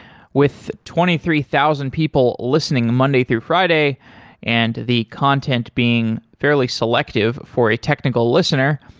with twenty three thousand people listening monday through friday and the content being fairly selective for a technical listener,